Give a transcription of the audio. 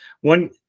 one